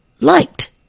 liked